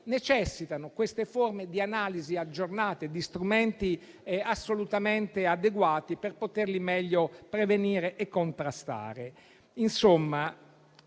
necessitano, quindi, di analisi aggiornate e di strumenti assolutamente adeguati, per poter meglio prevenirle e contrastarle.